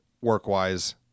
work-wise